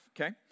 okay